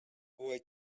boy